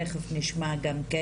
תכף נשמע גם כן,